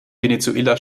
venezuela